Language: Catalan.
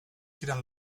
tiren